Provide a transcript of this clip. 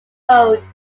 road